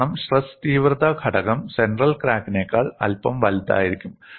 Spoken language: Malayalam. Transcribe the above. കാരണം സ്ട്രെസ് തീവ്രത ഘടകം സെൻട്രൽ ക്രാക്കിനേക്കാൾ അല്പം വലുതായിരിക്കും